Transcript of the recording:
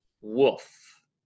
Wolf